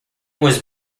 was